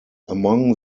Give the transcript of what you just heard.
among